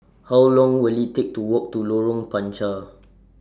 How Long Will IT Take to Walk to Lorong Panchar